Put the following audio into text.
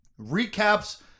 recaps